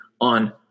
on